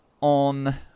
on